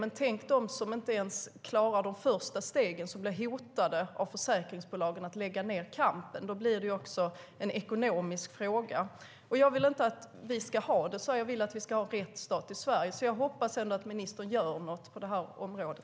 Hur är det då inte för dem som inte ens klarar de första stegen, som blir hotade av försäkringsbolagen till att lägga ned kampen? Därmed blir det även en ekonomisk fråga. Jag vill inte att vi ska ha det på det sättet. Jag vill att Sverige ska vara en rättsstat. Därför hoppas jag att ministern gör något på det här området.